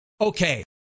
Okay